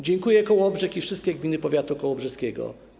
Dziękują Kołobrzeg i wszystkie gminy powiatu kołobrzeskiego.